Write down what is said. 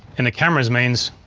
and the cameras means,